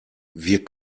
wir